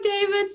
david